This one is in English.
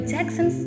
Jackson